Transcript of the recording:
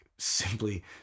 Simply